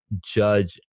judge